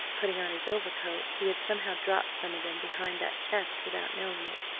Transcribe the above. putting on his overcoat, he had somehow dropped some of them behind that chest without knowing it.